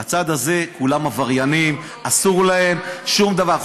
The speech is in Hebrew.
בצד הזה כולם עבריינים, אסור להם שום דבר.